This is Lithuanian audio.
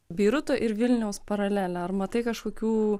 beiruto ir vilniaus paralelė ar matai kažkokių